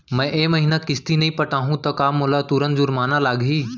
मैं ए महीना किस्ती नई पटा पाहू त का मोला तुरंत जुर्माना लागही?